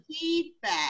feedback